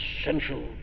essential